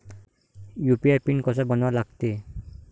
UPI PIN कसा बनवा लागते?